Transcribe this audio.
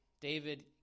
David